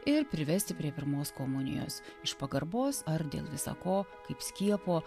ir privesti prie pirmos komunijos iš pagarbos ar dėl visa ko kaip skiepo